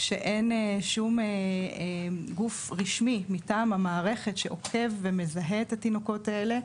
שאין שום גוף רשמי מטעם המערכת שעוקב ומזהה את התינוקות האלה.